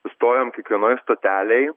susutojam kiekvienoj stotelėj